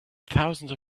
thousands